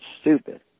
stupid